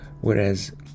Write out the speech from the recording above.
whereas